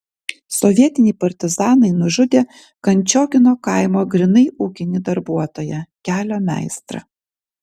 sovietiniai partizanai nužudė kančiogino kaimo grynai ūkinį darbuotoją kelio meistrą